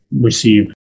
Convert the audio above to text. receive